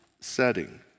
setting